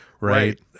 right